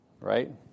right